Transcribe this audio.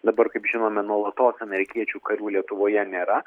dabar kaip žinome nuolatos amerikiečių karių lietuvoje nėra